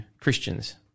Christians